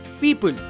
People